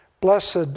Blessed